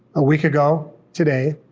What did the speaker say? a week ago today,